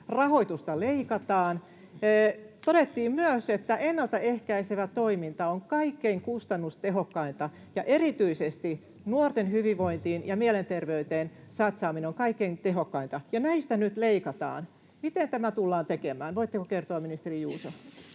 rahoitusta leikataan? Todettiin myös, että ennalta ehkäisevä toiminta on kaikkein kustannustehokkainta, ja erityisesti nuorten hyvinvointiin ja mielenterveyteen satsaaminen on kaikkein tehokkainta, ja näistä nyt leikataan. Voitteko kertoa, ministeri Juuso,